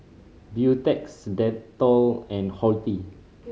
Beautex Dettol and Horti